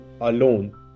alone